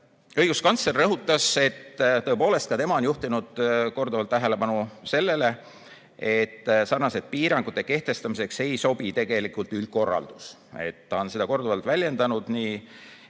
õiguskantsler rõhutas, et tõepoolest, ka tema on juhtinud korduvalt tähelepanu sellele, et seesuguste piirangute kehtestamiseks ei sobi tegelikult üldkorraldus. Ülle Madise on seda korduvalt väljendanud nii